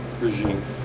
regime